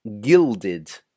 gilded